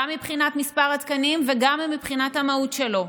גם מבחינת מספר התקנים וגם מבחינת המהות שלו,